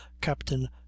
captain